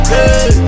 Hey